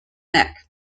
neck